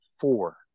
four